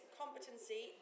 competency